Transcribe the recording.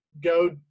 go